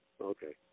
Okay